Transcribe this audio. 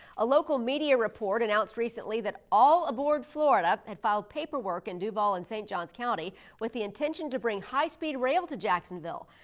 a local media report announced recently that all aboard florida had filed paperwork in and duval and st. johns county with the intention to bring high speed rails to jacksonville.